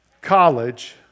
College